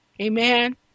Amen